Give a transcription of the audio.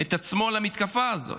את עצמו למתקפה הזאת.